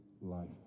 life